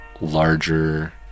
larger